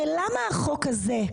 למה החוק הזה,